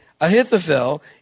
Ahithophel